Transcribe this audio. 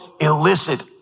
illicit